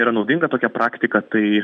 yra naudinga tokia praktika tai